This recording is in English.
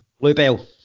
Bluebell